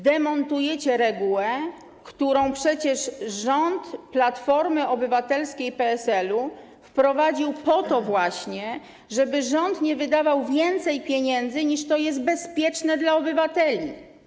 Demontujecie regułę, którą przecież rząd Platformy Obywatelskiej i PSL-u wprowadził po to właśnie, żeby rząd nie wydawał więcej pieniędzy, niż to jest bezpieczne dla obywateli.